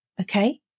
okay